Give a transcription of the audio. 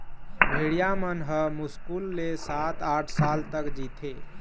भेड़िया मन ह मुस्कुल ले सात, आठ साल तक जीथे